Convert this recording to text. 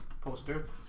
poster